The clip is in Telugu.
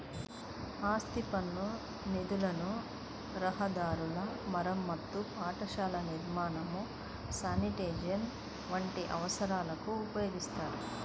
ఆస్తి పన్ను నిధులను రహదారుల మరమ్మతు, పాఠశాలల నిర్మాణం, శానిటేషన్ వంటి అవసరాలకు ఉపయోగిత్తారు